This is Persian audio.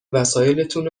وسایلاتون